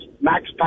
Max